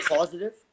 positive